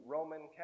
Roman